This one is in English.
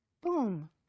Boom